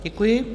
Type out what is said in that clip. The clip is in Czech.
Děkuji.